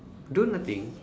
do nothing